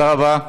תודה רבה.